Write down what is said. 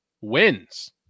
Wins